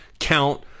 Count